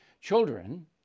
children